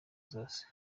zose